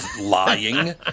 lying